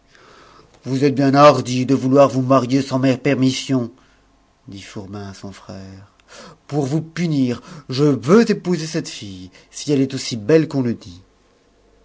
vous êtes bien hardi de vouloir vous marier sans ma permission dit fourbin à son frère pour vous punir je veux épouser cette fille si elle est aussi belle qu'on le dit